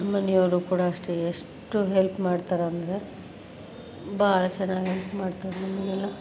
ನಮ್ಮಮನೆಯವ್ರು ಕೂಡ ಅಷ್ಟೇ ಎಷ್ಟು ಹೆಲ್ಪ್ ಮಾಡ್ತಾರೆ ಅಂದರೆ ಭಾಳ ಚೆನ್ನಾಗ್ ಹೆಲ್ಪ್ ಮಾಡ್ತಾರೆ ನಮಗೆಲ್ಲ